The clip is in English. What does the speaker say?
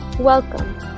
Welcome